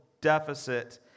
deficit